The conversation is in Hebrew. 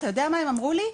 אתה יודע מה הם אמרו לי?